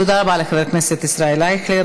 תודה רבה לחבר הכנסת ישראל אייכלר.